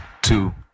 two